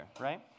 right